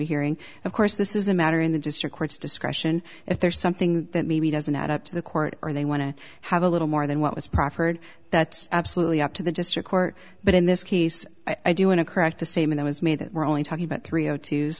a hearing of course this is a matter in the district court's discretion if there's something that maybe doesn't add up to the court or they want to have a little more than what was proffered that's absolutely up to the district court but in this case i do in a cracked the same way that was made that we're only talking about three